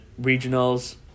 regionals